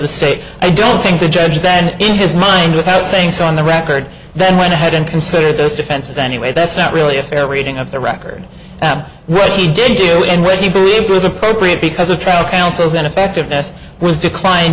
the state i don't think the judge then in his mind without saying so on the record then went ahead and considered those defenses anyway that's not really a fair reading of the record what he did do and what he believed was appropriate because the trail council's ineffectiveness was declined